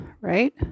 right